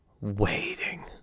waiting